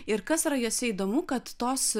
ir kas yra juose įdomu kad tos